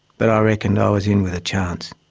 but i reckoned i was in with a chance.